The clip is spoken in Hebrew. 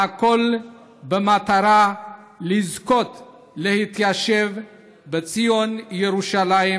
והכול במטרה לזכות להתיישב בציון ירושלים,